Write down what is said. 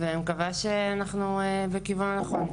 אני מקווה שאנחנו בכיוון הנכון.